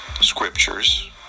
scriptures